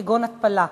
כגון התפלה,